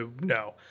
No